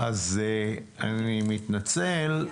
אני מתנצל,